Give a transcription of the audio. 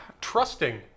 Trusting